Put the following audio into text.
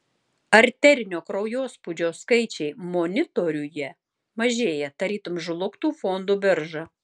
arterinio kraujospūdžio skaičiai monitoriuje mažėja tarytum žlugtų fondų birža